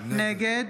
נגד